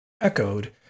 echoed